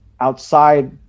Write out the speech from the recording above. outside